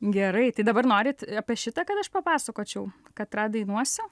gerai tai dabar norit apie šitą kad aš papasakočiau katrą dainuosiu